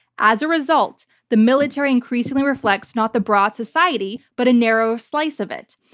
as a result, the military increasingly reflects not the broad society, but a narrow slice of it.